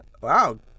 Wow